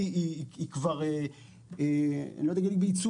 ואני לא יודע להגיד אם היא בעיצומה.